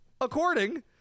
According